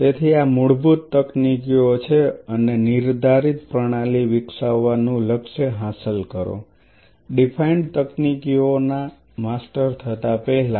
તેથી આ મૂળભૂત તકનીકીઓ છે અને નિર્ધારિત પ્રણાલી વિકસાવવાનું લક્ષ્ય હાંસલ કરો ડીફાઈન્ડ તકનીકીઓ ના માસ્ટર થતા પહેલાં